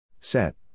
set